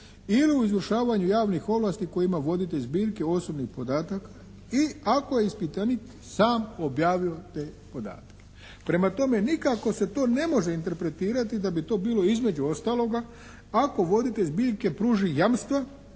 ili u izvršavanju javnih ovlasti koje ima voditelj zbirke osobnih podataka i ako je ispitanik sam objavio te podatke. Prema tome, nikako se to ne može interpretirati da bi to bilo između ostaloga ako voditelj zbirke pruži jamstva